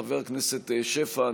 חבר הכנסת שפע.